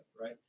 right